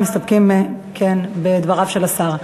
מסתפקים בדבריו של השר.